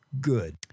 good